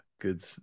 Good